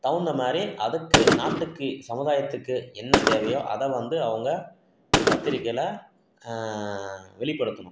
தகுந்த மாதிரி அதுக்கு நாட்டுக்கு சமுதாயத்துக்கு என்ன தேவையோ அதை வந்து அவங்க பத்திரிக்கையில் வெளிப்படுத்தணும்